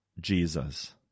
Jesus